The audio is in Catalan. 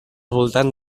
voltant